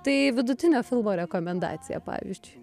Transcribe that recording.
tai vidutinio filmo rekomendacija pavyzdžiui